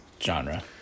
genre